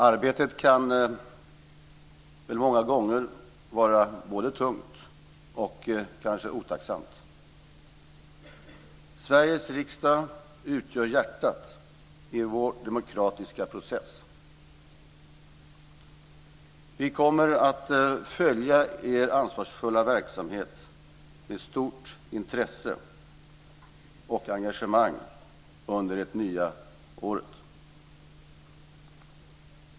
Arbetet kan många gånger vara både tungt och kanske otacksamt. Sveriges riksdag utgör hjärtat i vår demokratiska process. Vi kommer att följa er ansvarsfulla verksamhet med stort intresse och engagemang under det nya året.